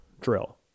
drill